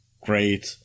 great